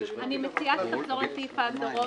אני מציעה שתחזור על סעיף ההגדרות.